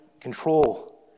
control